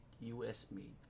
US-made